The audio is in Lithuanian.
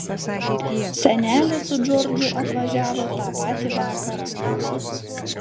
senelė su džordžu atvažiavo tą patį vakarą